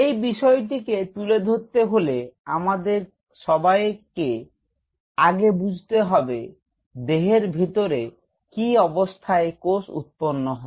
এই বিষয়টিকে তুলে ধরতে হলে আমাদের সবাইকে আগে বুঝতে হবে দেহের ভিতরে কি অবস্থায় কোষ উৎপন্ন হয়